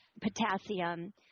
potassium